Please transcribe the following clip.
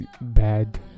bad